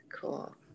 Cool